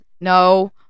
No